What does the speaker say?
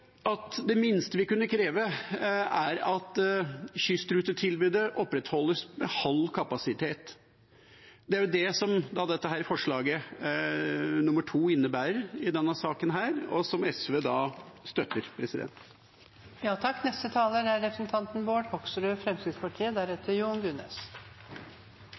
at det minste vi kunne kreve, er at kystrutetilbudet opprettholdes med halv kapasitet. Det er det forslag nr. 2 innebærer i denne saken, og som SV støtter. Det er ikke tvil om at det er